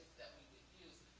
that we would use,